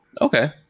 Okay